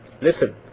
Listen